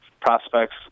prospects